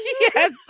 Yes